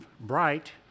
bright